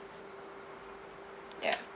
ya